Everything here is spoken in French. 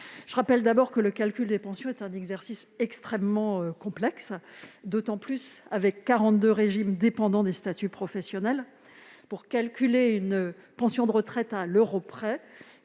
Je rappelle tout d'abord que le calcul des pensions est un exercice extrêmement complexe, d'autant qu'il existe 42 régimes dépendant des statuts personnels. Pour calculer une pension de retraite à l'euro près,